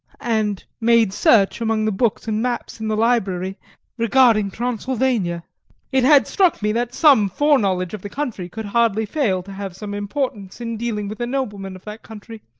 and made search among the books and maps in the library regarding transylvania it had struck me that some foreknowledge of the country could hardly fail to have some importance in dealing with a nobleman of that country.